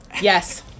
yes